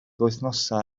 wythnosau